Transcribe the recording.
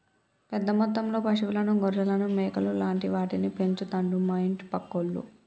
పెద్ద మొత్తంలో పశువులను గొర్రెలను మేకలు లాంటి వాటిని పెంచుతండు మా ఇంటి పక్కోళ్లు